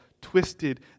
twisted